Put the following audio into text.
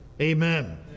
Amen